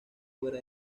fuera